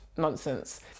nonsense